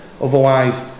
otherwise